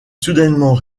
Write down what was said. soudainement